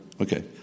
Okay